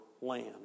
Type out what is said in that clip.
land